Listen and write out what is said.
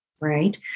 right